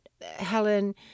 Helen